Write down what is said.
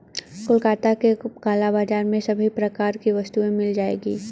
कोलकाता के काला बाजार में सभी प्रकार की वस्तुएं मिल जाएगी